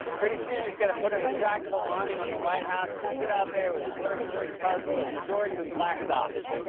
pretty soon, he's going to put a retractable awning on the white house and sit out there with a word-search puzzle in his shorts and black socks.